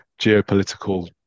geopolitical